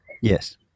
Yes